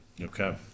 Okay